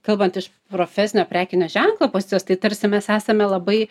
kalbant iš profesinio prekinio ženklo pozicijos tai tarsi mes esame labai